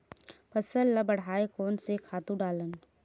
फसल ल बढ़ाय कोन से खातु डालन?